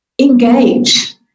engage